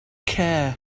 care